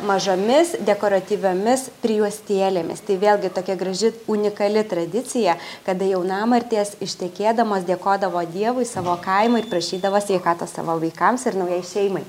mažomis dekoratyviomis prijuostėlėmis tai vėlgi tokia graži unikali tradicija kada jaunamartės ištekėdamos dėkodavo dievui savo kaimui ir prašydavo sveikatos savo vaikams ir naujai šeimai